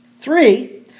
Three